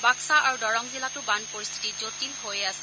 বাক্সা আৰু দৰং জিলাতো বান পৰিস্থিতি জটিল হৈয়ে আছে